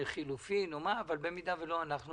חילופים, אבל במידה ולא, אנחנו